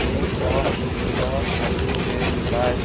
हुन्छ हुन्छ have a good day by